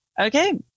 Okay